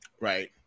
right